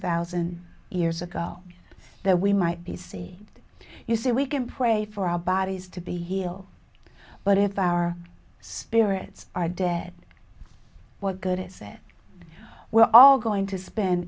thousand years ago that we might be seeing you see we can pray for our bodies to be healed but if our spirits are dead what good is said we're all going to spend